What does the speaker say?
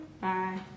Bye